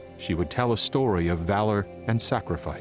she would tell a story of valor and sacrifice